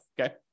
okay